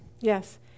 yes